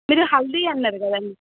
మీరు హల్దీ అన్నారు కదండి